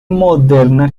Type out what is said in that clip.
moderna